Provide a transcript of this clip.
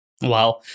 Wow